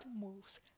moves